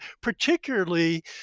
particularly